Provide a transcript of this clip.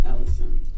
Ellison